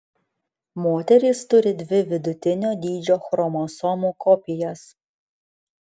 moterys turi dvi vidutinio dydžio chromosomų kopijas